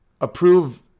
approve